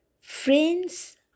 friends